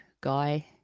guy